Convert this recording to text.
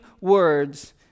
words